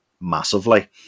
massively